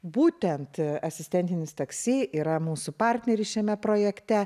būtent asistentinis taksi yra mūsų partneris šiame projekte